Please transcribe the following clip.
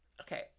Okay